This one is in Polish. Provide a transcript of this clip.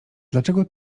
dlaczego